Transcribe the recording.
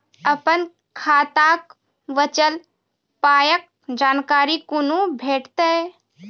अपन खाताक बचल पायक जानकारी कूना भेटतै?